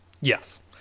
Yes